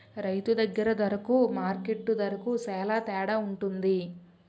రైతు దగ్గర దరకు మార్కెట్టు దరకు సేల తేడవుంటది